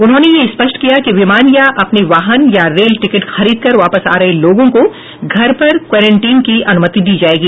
उन्होंने यह स्पष्ट किया कि विमान या अपने वाहन या रेल टिकट खरीदकर वापस आ रहे लोगों को घर पर क्वारंटीन की अनुमति दी जाएगी